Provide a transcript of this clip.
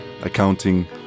accounting